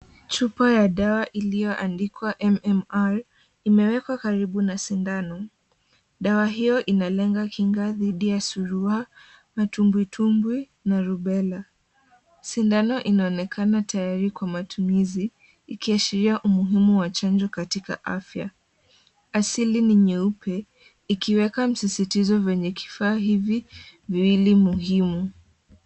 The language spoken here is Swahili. Chupa ya dawa iliyoandikwa MMR, imewekwa karibu na sindano. Dawa hiyo inalenga kinga dhidi ya surua, matumbwitumbwi, na rubela. Sindano inaonekana tayari kwa matumizi, ikiashiria umuhimu wa chanjo katika afya. Asili ni nyeupe, ikiweka msisitizo venye kifaa hivi viwili muhimu.